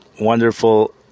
wonderful